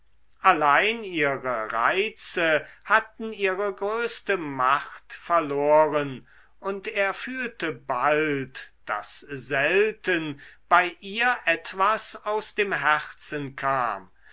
allein ihre reize hatten ihre größte macht verloren und er fühlte bald daß selten bei ihr etwas aus dem herzen kam